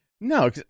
no